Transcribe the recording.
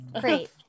Great